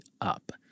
up